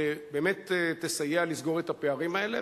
שבאמת תסייע לסגור את הפערים האלה.